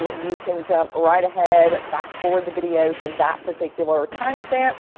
but you can jump right ahead, fast forward the video to and that particular timestamp.